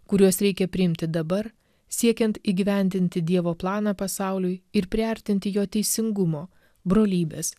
kuriuos reikia priimti dabar siekiant įgyvendinti dievo planą pasauliui ir priartinti jo teisingumo brolybės